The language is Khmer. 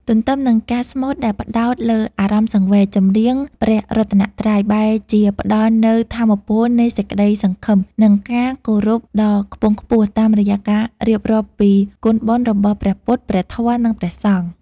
ទន្ទឹមនឹងការស្មូតដែលផ្ដោតលើអារម្មណ៍សង្វេគ ចម្រៀងព្រះរតនត្រ័យបែរជាផ្តល់នូវថាមពលនៃសេចក្តីសង្ឃឹម និងការគោរពដ៏ខ្ពង់ខ្ពស់តាមរយៈការរៀបរាប់ពីគុណបុណ្យរបស់ព្រះពុទ្ធ ព្រះធម៌ និងព្រះសង្ឃ។